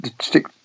stick